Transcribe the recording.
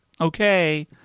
okay